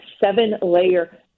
seven-layer